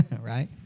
right